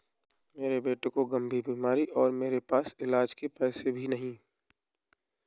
मेरे बेटे को गंभीर बीमारी है और मेरे पास इलाज के पैसे भी नहीं